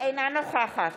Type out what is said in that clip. אינה נוכחת